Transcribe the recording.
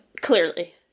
clearly